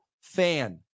fan